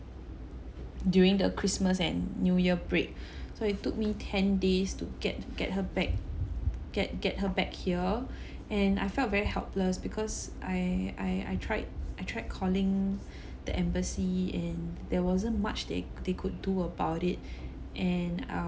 during the christmas and new year break so it took me ten days to get get her back get get her back here and I felt very helpless because I I I tried I tried calling the embassy in there wasn't much they they could do about it and uh